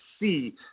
see